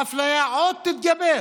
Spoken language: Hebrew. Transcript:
האפליה, עוד יתגברו.